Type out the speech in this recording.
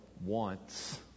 wants